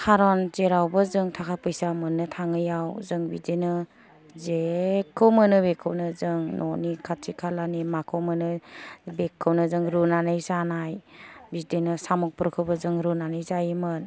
कारन जेरावबो जों थाखा फैसा मोन्नो थाङैआव जों बिदिनो जेखौ मोनो बेखौनो न'नि खाथि खालानि जेखौ मोनदों बेखौनो रुनानै जानाय बिदिनो साम'फोरखौबो जों रुनानै जायोमोन